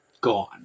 gone